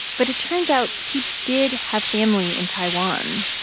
but it turns out he did have family in taiwan.